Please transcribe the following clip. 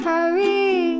Hurry